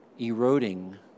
eroding